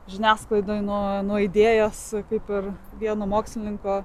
žiniasklaidoje nuo idėjos kaip ir vieno mokslininko